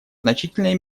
значительной